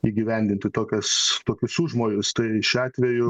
įgyvendinti tokias tokius užmojus tai šiuo atveju